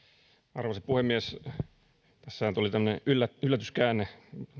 arvoisa puhemies tässähän tuli tämmöinen yllätyskäänne